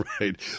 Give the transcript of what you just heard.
Right